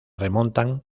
remontan